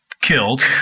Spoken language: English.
killed